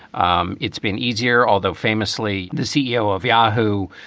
um it's been easier, although famously the ceo of yahoo!